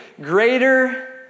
greater